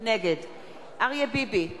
נגד אריה ביבי,